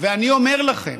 ואני אומר לכם,